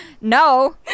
No